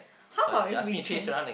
how about if we can